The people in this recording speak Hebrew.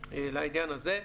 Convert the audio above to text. לעניין הזה,